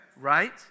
Right